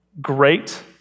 great